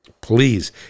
Please